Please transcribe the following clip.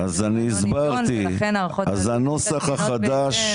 --- ולכן ההערכות- -- אז הנוסח החדש,